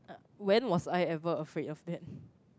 when was I ever afraid of them